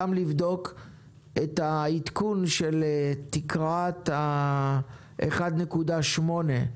לבדוק גם את העדכון של התקרה 1.8 מיליון שקל